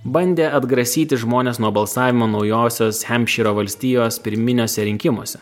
bandė atgrasyti žmones nuo balsavimo naujosios hampšyro valstijos pirminiuose rinkimuose